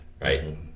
right